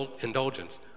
indulgence